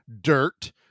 Dirt